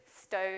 stone